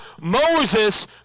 Moses